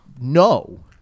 No